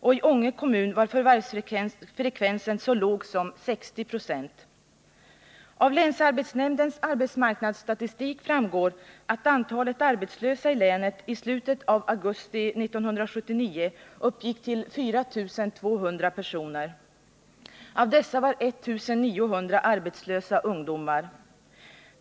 I Ånge kommun var förvärvsfrekvensen så låg som 60 96. Av länsarbetsnämndens arbetsmarknadsstatistik framgår att antalet arbetslösa i länet i slutet av augusti 1979 uppgick till 4 200 personer. Av dessa var 1 900 ungdomar.